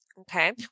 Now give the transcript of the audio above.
Okay